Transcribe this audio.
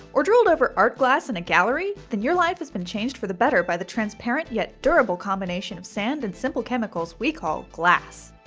or drooled over art glass in a gallery, then your life has been changed for the better by the transparent yet durable combination of sand and simple chemicals we call glass.